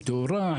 עם תאורה,